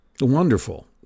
wonderful